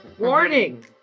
warning